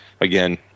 Again